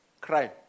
crime